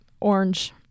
orange